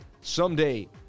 Someday